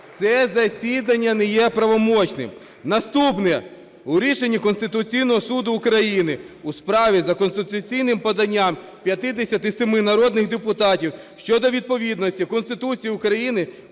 Це засідання не є правомочним. Наступне. У рішенні Конституційного Суду України у справі за конституційним поданням 57 народних депутатів щодо відповідності Конституції України,